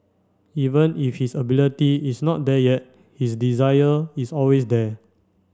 even if his ability is not there yet his desire is always there